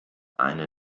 eine